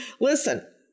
Listen